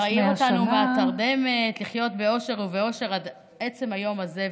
או להעיר אותנו מתרדמת לחיות באושר ועושר עד עצם היום הזה.